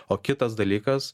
o kitas dalykas